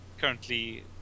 Currently